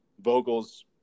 Vogel's